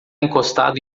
encostado